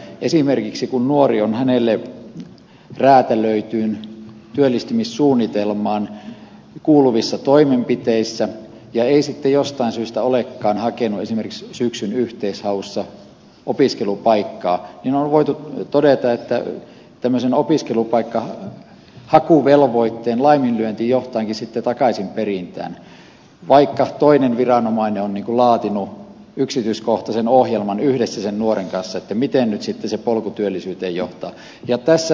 esimerkiksi kun nuori on hänelle räätälöityyn työllistymissuunnitelmaan kuuluvissa toimenpiteissä mutta ei jostain syystä olekaan hakenut esimerkiksi syksyn yhteishaussa opiskelupaikkaa niin on voitu todeta että tämmöisen opiskelupaikkahakuvelvoitteen laiminlyönti johtaakin sitten takaisinperintään vaikka toinen viranomainen on laatinut yhdessä sen nuoren kanssa yksityiskohtaisen ohjelman miten se polku työllisyyteen johtaa